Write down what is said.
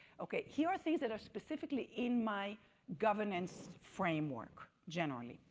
okay, here are things that are specifically in my governance framework generally,